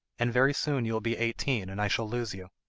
and very soon you will be eighteen, and i shall lose you.